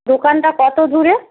দোকানটা কত দূরে